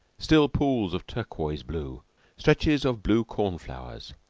still pools of turquoise-blue stretches of blue corn-flowers,